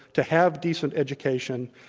to have decent education,